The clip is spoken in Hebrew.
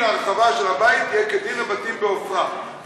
ההרחבה של הבית יהיה כדין הבתים בעפרה.